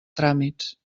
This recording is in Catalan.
tràmits